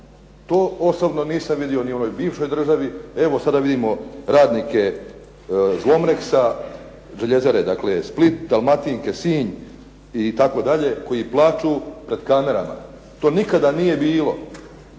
To osobno nisam vidio ni u onoj bivšoj državi, evo sada vidimo radnik je "Zlomrexa", željezare dakle Split, "Dalmatinke" Sinj itd., koji plaču pred kamerama. To nikada nije bilo.